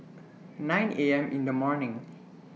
nine A M in The morning